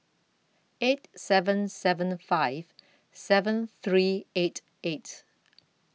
eight seven seven five seven three eight eight